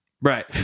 Right